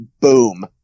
boom